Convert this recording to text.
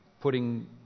putting